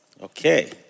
Okay